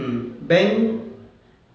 mm bank